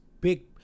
big